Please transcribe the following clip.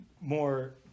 more